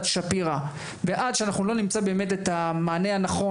שפירא ועד שאנחנו לא נמצא באמת את המענה הנכון